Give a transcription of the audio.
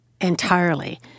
entirely